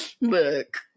Look